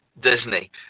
disney